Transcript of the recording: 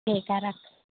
ठीक हइ राखू